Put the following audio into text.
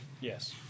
Yes